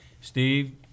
Steve